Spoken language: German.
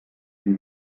die